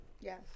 Yes